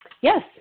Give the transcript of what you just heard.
Yes